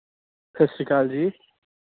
ਸਤਿ ਸ਼੍ਰੀ ਅਕਾਲ ਜੀ